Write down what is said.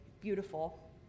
beautiful